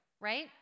right